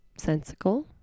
sensical